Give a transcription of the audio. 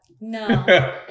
No